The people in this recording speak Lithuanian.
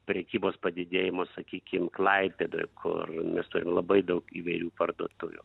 prekybos padidėjimo sakykim klaipėdoj kur mes turim labai daug įvairių parduotuvių